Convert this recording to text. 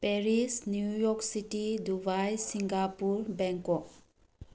Paris New York city Dubai Singapore Bangkok